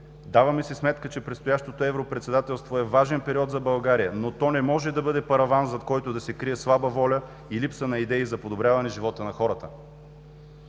Даваме си сметка, че предстоящото европредседателство е важен период за България, но то не може да бъде параван, зад който да се крие слаба воля и липса на идеи за подобряване живота на хората.